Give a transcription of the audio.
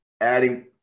adding